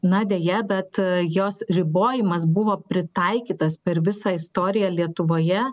na deja bet jos ribojimas buvo pritaikytas per visą istoriją lietuvoje